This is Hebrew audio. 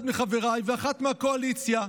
אחד מחבריי, ואחת מהקואליציה.